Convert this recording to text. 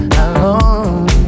alone